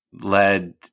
led